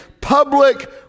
public